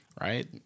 right